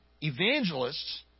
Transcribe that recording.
Evangelists